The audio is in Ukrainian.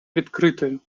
відкритою